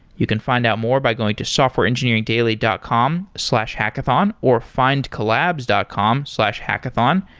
you can find out more by going to softwareengineeringdaily dot com slash hackathon, or findcollabs dot com slash hackathon.